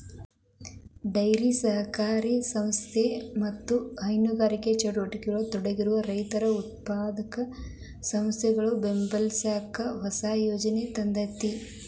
dairy ಸಹಕಾರಿ ಸಂಸ್ಥೆಗಳು ಮತ್ತ ಹೈನುಗಾರಿಕೆ ಚಟುವಟಿಕೆಯೊಳಗ ತೊಡಗಿರೋ ರೈತ ಉತ್ಪಾದಕ ಸಂಸ್ಥೆಗಳನ್ನ ಬೆಂಬಲಸಾಕ ಹೊಸ ಯೋಜನೆ ತಂದೇತಿ